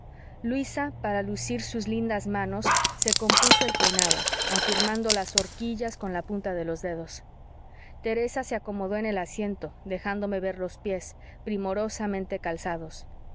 luisa para lucir sus lindas manos se compuso el peinado afirmando las horquillas con la punta de los dedos teresa se acomodó en el asiento dejándome ver los pies primorosamente calzados